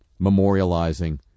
memorializing